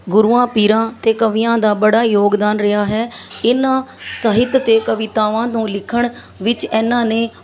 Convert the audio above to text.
ਗੁਰੂਆਂ ਪੀਰਾਂ ਅਤੇ ਕਵੀਆਂ ਦਾ ਬੜਾ ਯੋਗਦਾਨ ਰਿਹਾ ਹੈ ਇਹਨਾਂ ਸਾਹਿਤ ਅਤੇ ਕਵਿਤਾਵਾਂ ਨੂੰ ਲਿਖਣ ਵਿੱਚ ਇਹਨਾਂ ਨੇ